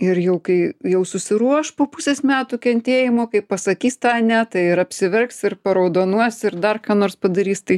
ir jau kai jau susiruoš po pusės metų kentėjimo kai pasakys tą ne tai ir apsiverks ir paraudonuos ir dar ką nors padarys tai